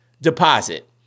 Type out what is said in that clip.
deposit